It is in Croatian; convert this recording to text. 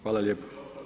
Hvala lijepo.